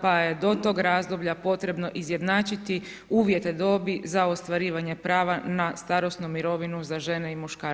pa je do tog razdoblja potrebno izjednačiti uvjete dobi za ostvarivanje prava na starosnu mirovinu za žene i muškarce.